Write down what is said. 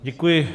Děkuji.